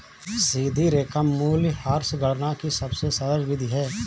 सीधी रेखा मूल्यह्रास गणना की सबसे सरल विधि है